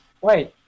wait